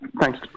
Thanks